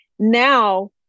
Now